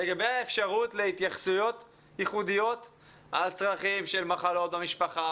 לגבי האפשרות להתייחסויות ייחודיות על צרכים של מחלות במשפחה.